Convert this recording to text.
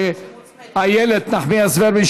לאיילת נחמיאס ורבין,